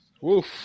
woof